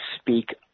speak